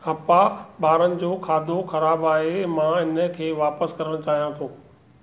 हप्पा बा॒रनि जो खाधो ख़राबु आहे मां हिन खे वापसि करणु चाहियां थो